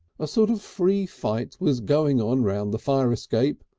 a sort of free fight was going on round the fire escape,